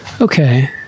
okay